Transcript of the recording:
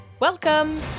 Welcome